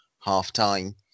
half-time